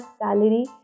salary